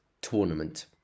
Tournament